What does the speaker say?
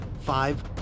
Five